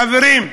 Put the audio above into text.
חברים,